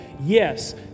Yes